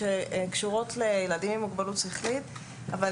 שקשורות לילדים עם מוגבלות שכלית -- עברתי עליו.